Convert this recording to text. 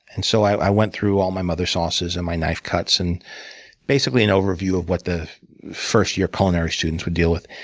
and so i went through all my mother's sauces, and my knife cuts, and basically an overview of what the first year of culinary students would deal with.